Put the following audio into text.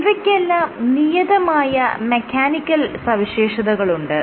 ഇവയ്ക്കെല്ലാം നിയതമായ മെക്കാനിക്കൽ സവിശേഷതകളുമുണ്ട്